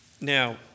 now